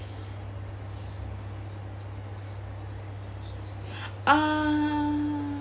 uh